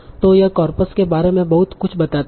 तों यह कार्पस के बारे में बहुत कुछ बताते है